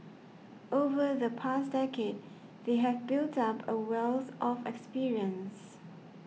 over the past decade they have built up a wealth of experience